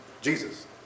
Jesus